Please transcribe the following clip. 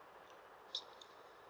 okay